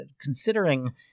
considering –